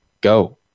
go